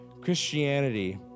Christianity